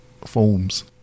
forms